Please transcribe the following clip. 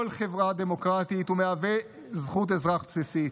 חברה דמוקרטית ומהווה זכות אזרח בסיסית.